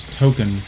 token